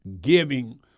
giving